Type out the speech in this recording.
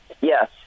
Yes